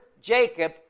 Jacob